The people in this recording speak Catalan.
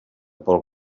pel